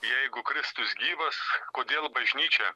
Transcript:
jeigu kristus gyvas kodėl bažnyčia